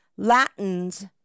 latins